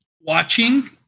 watching